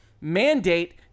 mandate